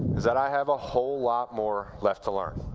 is that i have a whole lot more left to learn.